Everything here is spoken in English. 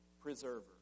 preserver